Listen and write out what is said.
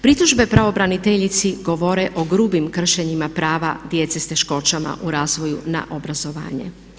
Pritužbe pravobraniteljici govore o grubim kršenjima prava djece sa teškoćama u razvoju na obrazovanje.